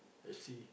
let's see